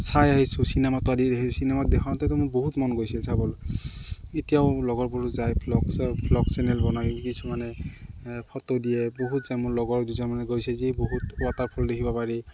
চাই আহিছোঁ চিনেমাতো আদি দেখিছোঁ চিনেমাত দেখাওঁতেতো মোৰ বহুত মন গৈছিল চাবলৈ এতিয়াও লগৰবোৰ যায় ব্লগ চ্লগ ব্লগ চেনেল বনাই কিছুমানে ফটো দিয়ে বহুত যায় মোৰ লগৰ দুজনমানে গৈছে যি বহুত ৱাটাৰফল দেখিব পাৰি